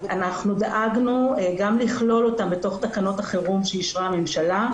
אנחנו דאגנו גם לכלול אותם בתוך תקנות החירום שאישרה הממשלה,